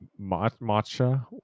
matcha